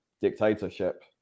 dictatorship